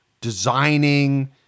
designing